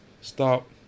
stop